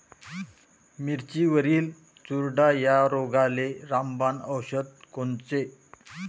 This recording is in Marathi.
मिरचीवरील चुरडा या रोगाले रामबाण औषध कोनचे?